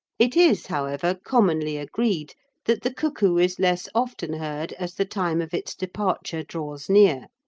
it is, however, commonly agreed that the cuckoo is less often heard as the time of its departure draws near,